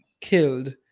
killed